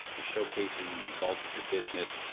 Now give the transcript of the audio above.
you're showcasing results, your business.